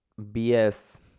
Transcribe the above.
BS